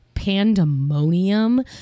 pandemonium